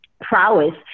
prowess